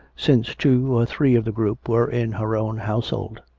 since two or three of the group were in her own household.